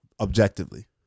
Objectively